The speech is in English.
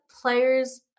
players